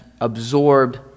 absorbed